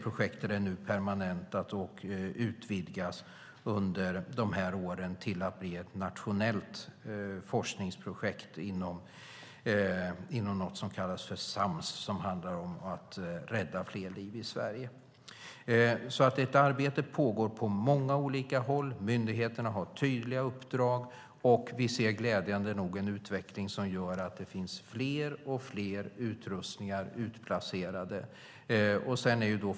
Projektet är nu permanentat och utvidgas under de här åren till att bli ett nationellt forskningsprojekt inom något som kallas för Sams och som handlar om att rädda fler liv i Sverige. Ett arbete pågår alltså på många olika håll. Myndigheterna har tydliga uppdrag, och vi ser glädjande nog en utveckling som gör att det finns allt fler utrustningar utplacerade.